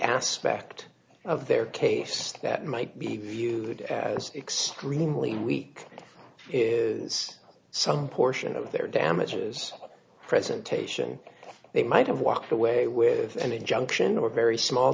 aspect of their case that might be viewed as extremely weak is some portion of their damages presentation they might have walked away with an injunction or very small